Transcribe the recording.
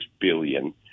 billion